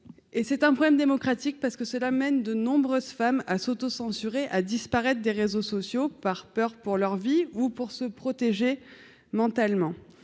et c'est un problème démocratique, parce que c'est cela mène de nombreuses femmes à s'autocensurer à disparaître des réseaux sociaux par peur pour leur vie ou pour se protéger, mentalement